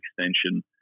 extension